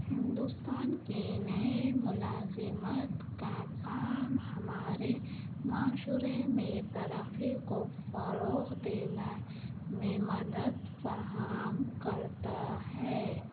ہندوستان کے نئے ملازمت کا کام ہمارے معاشرے میں ترقی کو فروغ دینا میں مدد فراہم کرتا ہے